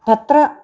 അത്ര